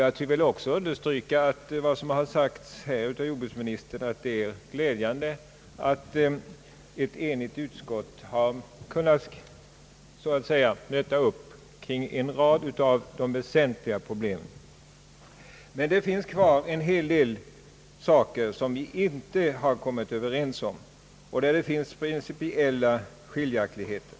Jag vill också understryka vad jordbruksministern uttalade, nämligen att det är glädjande att ett cnigt utskott så att säga har kunnat möta upp kring en rad av de väsentliga problemen. Det finns dock kvar en hel del saker, som vi inte har kommit överens om och i fråga om vilka det finns principiella skiljaktigheter.